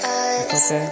eyes